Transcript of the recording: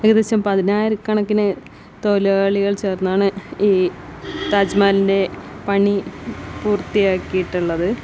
ഏകദേശം പതിനായിര കണക്കിന് തൊഴിലാളികൾ ചേർന്നാണ് ഈ താജ്മഹലിന്റെ പണി പൂർത്തിയാക്കിയിട്ടുള്ളത്